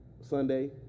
Sunday